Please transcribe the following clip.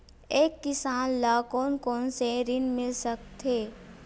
एक किसान ल कोन कोन से ऋण मिल सकथे?